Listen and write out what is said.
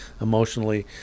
emotionally